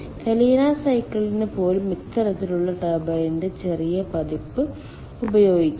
കലിന സൈക്കിളിന് പോലും ഇത്തരത്തിലുള്ള ടർബൈനിന്റെ ചെറിയ പതിപ്പ് ഉപയോഗിക്കാം